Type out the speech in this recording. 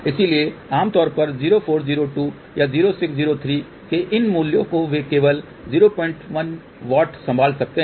इसलिए आमतौर पर 0402 या 0603 के इन मूल्यों को वे केवल 01W संभाल सकते हैं